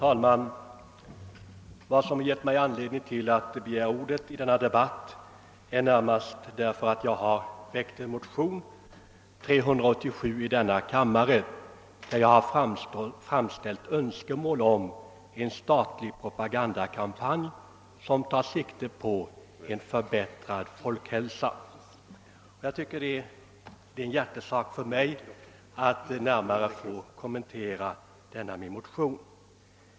Herr talman! Jag har begärt ordet med anledning av min motion II: 387, i vilken jag framställt önskemål om en statlig propagandakampanj som tar sikte på en förbättrad folkhälsa. Det är en hjärtesak för mig att närmare få kommentera denna min motion.